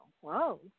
Whoa